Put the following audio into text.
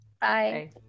Bye